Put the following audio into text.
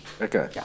okay